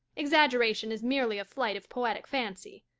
exaggeration is merely a flight of poetic fancy.